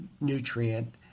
nutrient